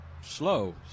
slow